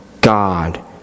God